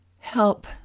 Help